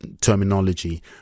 terminology